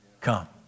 come